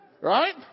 Right